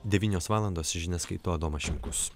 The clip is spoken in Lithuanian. devynios valandos žinias skaito adomas šimkus